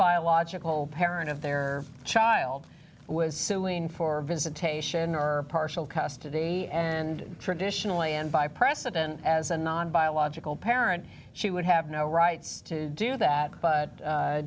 biological parent of their child was suing for visitation or partial custody and traditionally and by precedent as a non biological parent she would have no rights to do that but